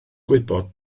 gwybod